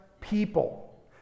people